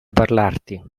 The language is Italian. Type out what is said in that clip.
parlarti